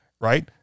Right